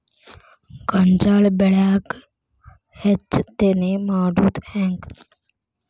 ಗೋಂಜಾಳ ಬೆಳ್ಯಾಗ ಹೆಚ್ಚತೆನೆ ಮಾಡುದ ಹೆಂಗ್?